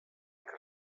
que